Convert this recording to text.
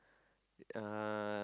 uh